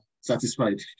satisfied